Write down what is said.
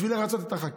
בשביל לרצות את הח"כים.